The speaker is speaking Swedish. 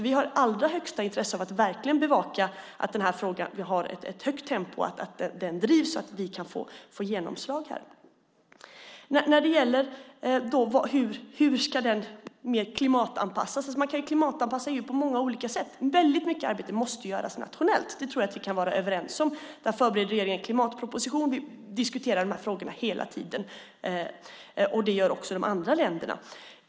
Vi har alltså allra största intresse av att bevaka att tempot är högt så att frågan drivs framåt och kan få genomslag. När det gäller hur EU bättre ska klimatanpassas vill jag säga att man ju kan klimatanpassa EU på många olika sätt. Väldigt mycket arbete måste göras nationellt. Det tror jag att vi kan vara överens om. Nu förbereder regeringen en klimatproposition. Vi diskuterar dessa frågor hela tiden, och det gör också de andra länderna.